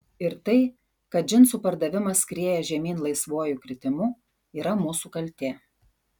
ir tai kad džinsų pardavimas skrieja žemyn laisvuoju kritimu yra mūsų kaltė